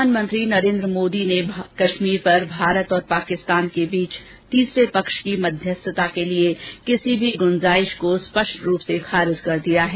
प्रधानमंत्री नरेंद्र मोदी ने कश्मीर पर भारत और पाकिस्तान के बीच तीसरे पक्ष की मध्यस्थता के लिए किसी भी गुंजाइश को स्पष्ट रूप से खारिज कर दिया है